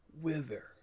wither